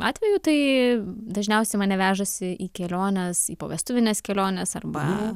atveju tai dažniausiai mane vežasi į keliones į povestuvines keliones arba